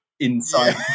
inside